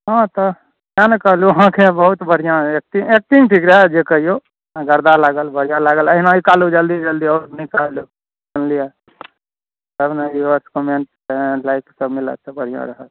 हँ तऽ तैँ ने कहलहुँ अहाँके बहुत बढ़िआँ अछि एक्टिंग एक्टिंग ठीक रहए जे कहियौ गर्दा लागल बढ़िआँ लागल एहिनाए निकालू जल्दी जल्दी आओर निकालू सुनलियै तब ने व्युअर्स कमेंट लाइक सभ मिलत तऽ बढ़िआँ रहत